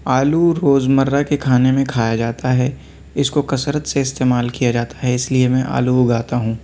آلو روز مرّہ کے کھانے میں کھایا جاتا ہے اِس کو کثرت سے استعمال کیا جاتا ہے اِس لیے میں آلو اگاتا ہوں